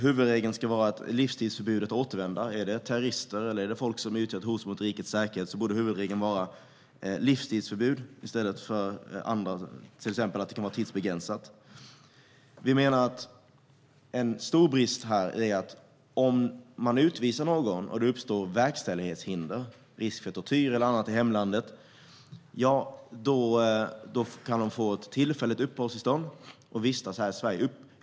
Huvudregeln ska vara ett livstidsförbud mot att återvända. Är det terrorister eller folk som utgör ett hot mot rikets säkerhet borde huvudregeln vara ett livstidsförbud i stället för att detta ska vara tidsbegränsat. En stor brist i detta sammanhang är om det uppstår verkställighetshinder när någon ska utvisas - risk för tortyr eller annat i hemlandet. Då kan denna person få ett tillfälligt uppehållstillstånd och vistas här i Sverige.